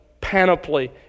panoply